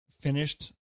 finished